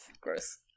Gross